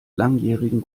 langjährigen